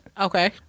Okay